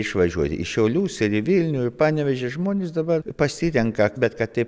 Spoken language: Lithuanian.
išvažiuoja į šiaulius ir į vilnių panevėžį žmonės dabar pasirenka bet kad taip